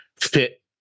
fit